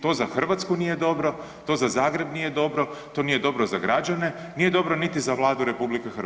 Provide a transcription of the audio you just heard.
To za Hrvatsku nije dobro, to za Zagreb nije dobro, to nije dobro za građane, nije dobro niti za Vladu RH.